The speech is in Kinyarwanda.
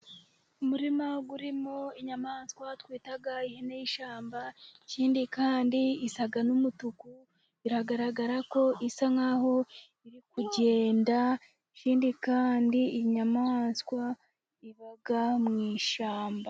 Umurima urimo inyamaswa twita ihene y'ishyamba, ikindi kandi isa n'umutuku, biragaragara ko isa nkaho iri kugenda, ikindi kandi inyamaswa iba mu ishyamba.